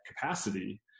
capacity